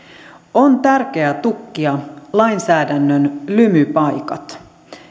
on tärkeää tukkia lainsäädännön lymypaikat